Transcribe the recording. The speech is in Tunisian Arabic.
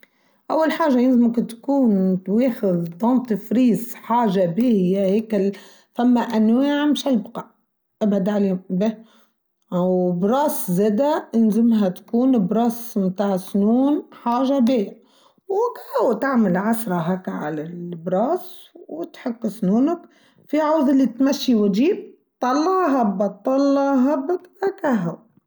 أول حاجة يلزمك تكون تواخذ تونت فريز حاجة بيّة هيك ثم أنواع مش هيبقى أبدا هيبقى أو براس زادة إنزمها تكون براس نتاع سنون حاجة بيّة وكاو تعمل عسرة هكا على البراس وتحك سنونك في عوز اللي تمشي وجيب طالها هبط طالها هبط هكاهو.